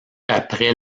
après